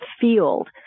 field